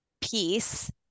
peace